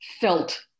felt